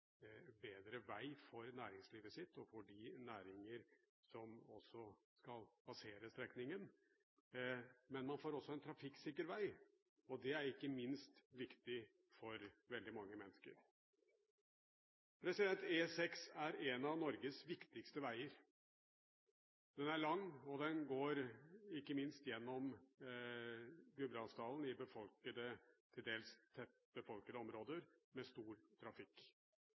får en bedre vei for næringslivet sitt og for de næringer som også skal passere strekningen. Men man får også en trafikksikker vei, og det er ikke minst viktig for veldig mange mennesker. E6 er en av Norges viktigste veier. Den er lang, og den går ikke minst gjennom Gudbrandsdalen i befolkede – til dels tett befolkede – områder med stor trafikk.